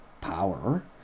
power